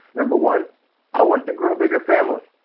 number one i wanted to grow bigger family.